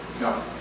No